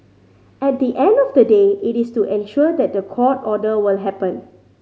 at the end of the day it is to ensure that the court order will happen